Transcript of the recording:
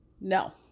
No